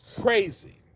crazy